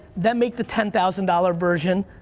then make the ten thousand dollar version,